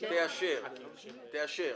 תאשר.